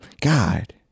God